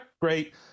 great